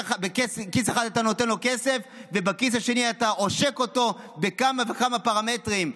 בכיס אחד אתה נותן לו כסף ובכיס השני אתה עושק אותו בכמה וכמה פרמטרים.